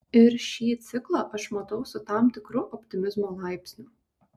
ir šį ciklą aš matau su tam tikru optimizmo laipsniu